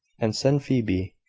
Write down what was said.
and send phoebe.